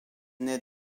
naît